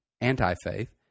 anti-faith